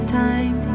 time